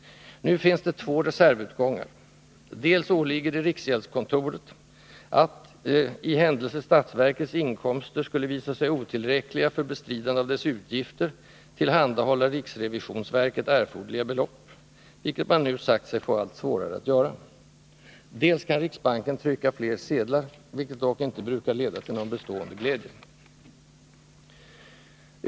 Nu finns det två reservutgångar: Dels åligger det riksgäldskontoret att, ”i händelse statsverkets inkomster skulle visa sig otillräckliga för bestridande av dess utgifter, tillhandahålla riksrevisionsverket erforderliga belopp,” vilket man nu sagt sig få allt svårare att göra, dels kan riksbanken trycka fler sedlar, vilket dock inte brukar leda till någon bestående glädje.